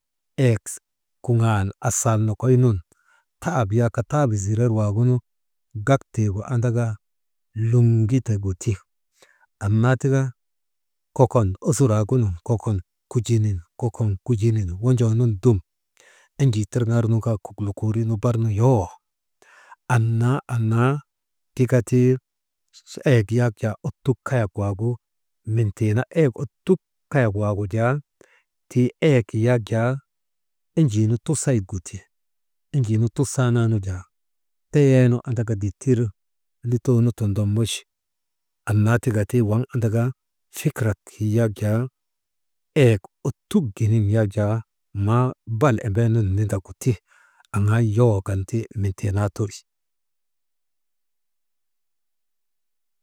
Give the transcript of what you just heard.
Eyek kuŋaal asaal nokoy nun, taap yak taabi zirer waagunu gak tiigu andaka, luŋiteguti, anna tika kokon osur waagunun kokon kujinin, kokon kujinin wojoo nun dum enjii tirgarnu kaa kok lokoorin bar yowoo annaa, annaa tika eyek yak ottuk kayagu mentii na eyek ottuk kayak waagu jaa, tii eyek yak jaa enjii nu tusayik gu ti, enjii nu tusaananu jaa teyeenu andaka dittir lutoo nu tondomochi, annaa tika ti waŋ andaka fikirak yak jaa, eyek ottuk giniŋ yak jaa maa bal embee nun nundagu ti aŋaa yowoo kan ti mintiinaa teri.